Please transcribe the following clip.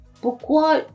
Pourquoi